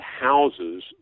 houses